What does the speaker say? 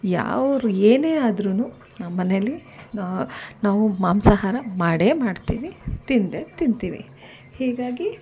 ಯಾವ್ದ್ ಏನೇ ಆದ್ರೂ ಮನೆಯಲ್ಲಿ ನಾವು ಮಾಂಸಹಾರ ಮಾಡಿಯೇ ಮಾಡ್ತೀವಿ ತಿಂದೇ ತಿಂತೀವಿ ಹೀಗಾಗಿ